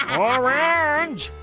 orange!